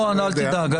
אל תדאג.